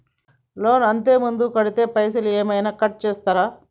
Loan అత్తే ముందే కడితే పైసలు ఏమైనా కట్ చేస్తరా?